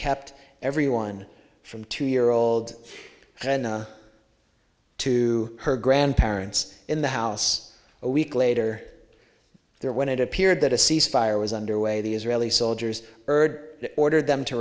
kept everyone from two year old to her grandparents in the house a week later there when it appeared that a ceasefire was underway the israeli soldiers erd ordered them to